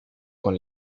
con